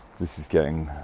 this is getting